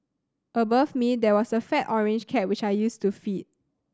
above me there was a fat orange cat which I used to feed